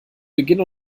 beginn